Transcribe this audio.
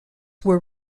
were